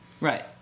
Right